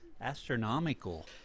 astronomical